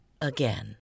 again